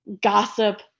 gossip